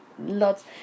lots